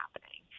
happening